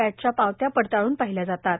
पॅटच्या पावत्या पडताळून पाहिल्या जातात